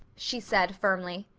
she said firmly.